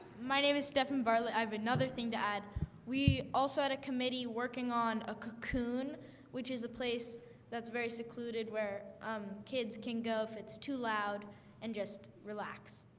my name is stefan bartlet i have another thing to add we also had a committee working on a cocoon which is a place that's very secluded. where um kids can go if it's too loud and just relax,